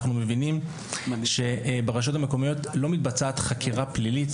אנחנו מבינים שברשויות המקומיות לא מתבצעת חקירה פלילית